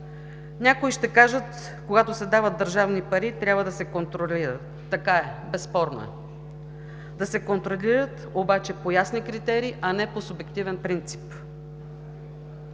Някои ще кажат: „Когато се дават държавни пари, трябва да се контролират“. Така е. Безспорно е. Да се контролират, обаче по ясни критерии, а не по субективен принцип.